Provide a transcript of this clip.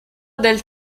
del